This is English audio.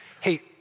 Hey